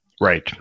right